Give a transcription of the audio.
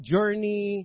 Journey